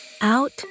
out